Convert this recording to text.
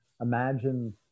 imagine